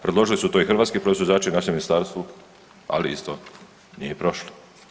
Predložili su to i hrvatski proizvođači našem ministarstvu, ali isto nije prošlo.